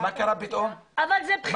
אז מה קרה פתאום, קטי?